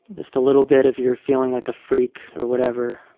just a little bit of your feeling like a freak or whatever